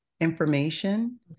information